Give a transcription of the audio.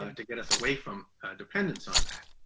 to get us away from a dependence on that.